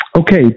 Okay